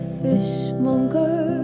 fishmonger